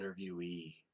interviewee